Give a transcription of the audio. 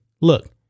Look